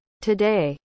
Today